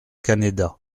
canéda